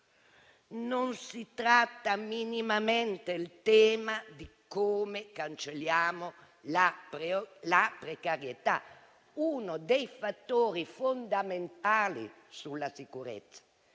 Non si tratta minimamente del tema di come cancellare la precarietà, uno dei fattori fondamentali per la sicurezza.